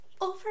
Over